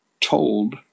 told